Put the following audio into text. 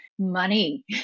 Money